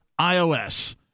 iOS